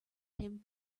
him